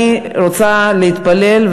אני רוצה להתפלל,